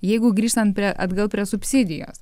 jeigu grįžtant prie atgal prie subsidijos